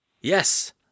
Yes